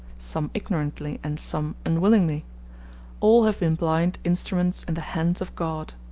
some ignorantly and some unwillingly all have been blind instruments in the hands of god.